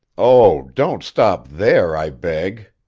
oh, don't stop there, i beg,